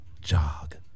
Jog